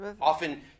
Often